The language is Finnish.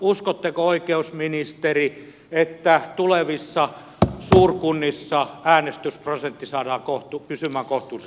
uskotteko oikeusministeri että tulevissa suurkunnissa äänestysprosentti saadaan pysymään kohtuullisella tasolla